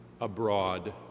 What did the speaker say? abroad